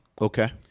Okay